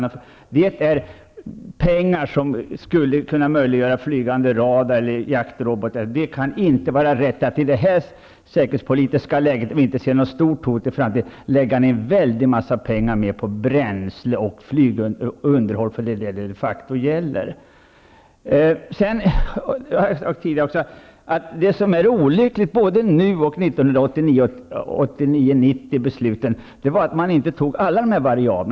Det är pengar som skulle kunna möjliggöra flygande radar eller jaktrobotar. Det kan inte vara rätt att i detta säkerhetspolitiska läge, då vi inte ser något stort hot i framtiden, lägga ned en väldig massa mer pengar på bränsle och underhåll. Det är detta som det de facto gäller. Det som är olyckligt både nu och vid besluten 1989/90 är att man inte tar in alla dessa variabler.